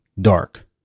dark